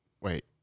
wait